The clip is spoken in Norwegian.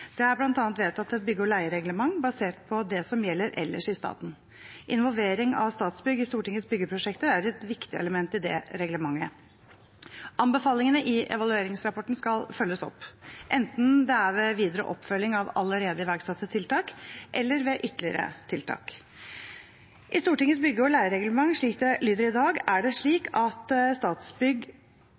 Det er bl.a. vedtatt et bygge- og leiereglement basert på det som gjelder ellers i staten. Involvering av Statsbygg i Stortingets byggeprosjekter er et viktig element i det reglementet. Anbefalingene i evalueringsrapporten skal følges opp – enten det er ved videre oppfølging av allerede iverksatte tiltak, eller ved ytterligere tiltak. I Stortingets bygge- og leiereglement, slik det lyder i dag, er det slik at Statsbygg